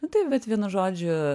nu tai bet vienu žodžiu